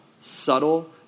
subtle